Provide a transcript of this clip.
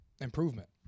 Improvement